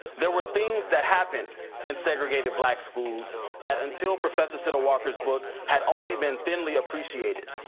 there were things that happened in segregated black schools that until professor siddle walker's book, had only been thinly appreciated.